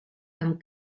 amb